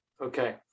okay